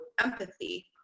empathy